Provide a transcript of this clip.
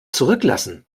zurücklassen